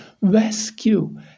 rescue